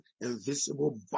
invisible